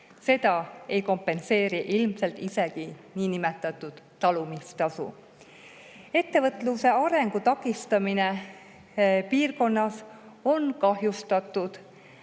Seda ei kompenseeri ilmselt ka niinimetatud talumistasu. Ettevõtluse arengu takistamine piirkonnas. Kahjustada